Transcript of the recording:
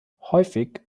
häufig